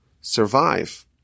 survive